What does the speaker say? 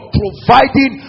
providing